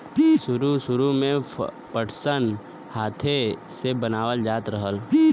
सुरु सुरु में पटसन हाथे से बनावल जात रहल